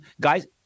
guys